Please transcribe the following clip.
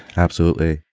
absolutely.